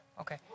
Okay